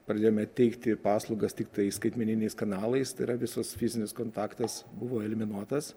pradėjome teikti paslaugas tiktai skaitmeniniais kanalais tai yra visas fizinis kontaktas buvo eliminuotas